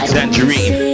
Tangerine